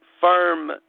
firm